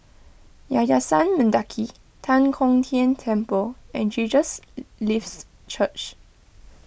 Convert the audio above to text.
Yayasan Mendaki Tan Kong Tian Temple and Jesus Lives Church